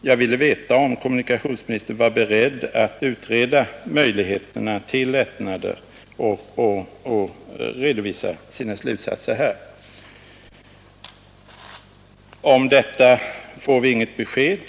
Jag ville veta om kommunikationsministern var beredd att utreda möjligheterna till lättnader för resor och redovisa sina slutsatser för riksdagen. Om detta får vi inget besked.